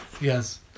Yes